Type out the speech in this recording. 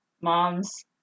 moms